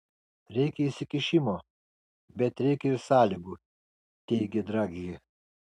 reikia įsikišimo bet reikia ir sąlygų teigė draghi